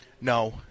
No